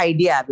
Idea